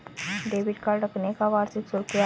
Debit card रखने का वार्षिक शुल्क क्या है?